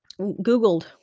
Googled